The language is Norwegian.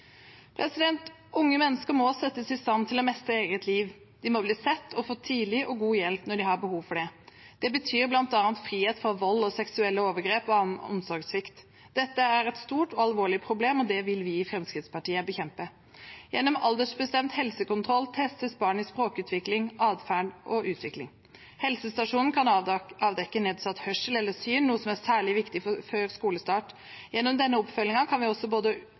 Unge mennesker må settes i stand til å mestre eget liv. De må bli sett og få tidlig og god hjelp når de har behov for det. Det betyr bl.a. frihet fra vold og seksuelle overgrep og omsorgssvikt. Dette er et stort og alvorlig problem, og det vil vi i Fremskrittspartiet bekjempe. Gjennom aldersbestemt helsekontroll testes barnets språkutvikling, atferd og utvikling. Helsestasjonen kan avdekke nedsatt hørsel eller syn, noe som er særlig viktig før skolestart. Gjennom denne oppfølgingen kan vi også både